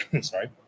Sorry